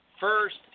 First